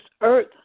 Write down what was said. earth